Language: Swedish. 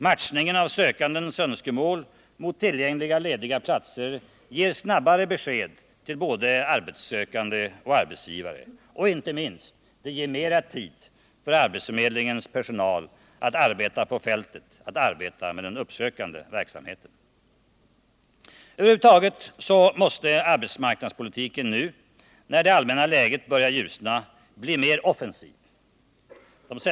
Matchningen av sökandes önskemål mot tillgängliga lediga platser ger snabbare besked till både arbetssökande och arbetsgivare. Och inte minst viktigt: Det ger mera tid för arbetsförmedlingens personal att arbeta på fältet, att arbeta med den uppsökande verksamheten. Över huvud taget måste arbetsmarknadspolitiken nu, när det allmänna läget börjar ljusna, bli mer offensiv.